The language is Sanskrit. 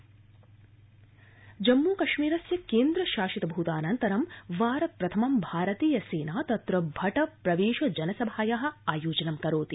जम्मू कश्मीर जम्मू कश्मीरस्य केन्द्रशासितभूतानन्तरं वारप्रथमं भारतीय सेना तत्र भट प्रवेश जनसभाया आयोजनं करोति